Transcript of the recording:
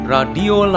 Radio